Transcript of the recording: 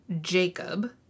Jacob